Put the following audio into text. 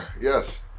Yes